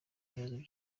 ikibazo